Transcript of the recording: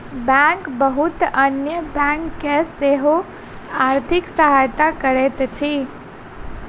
bank बहुत अन्य bank के सेहो आर्थिक सहायता करैत अछि